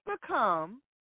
become